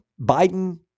Biden